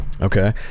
Okay